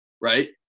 Right